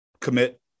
commit